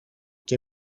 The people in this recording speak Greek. και